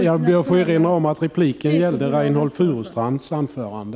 Jag får erinra om att repliken gäller Reynoldh Furustrands anförande.